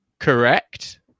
correct